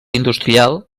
industrial